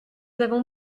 avons